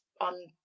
on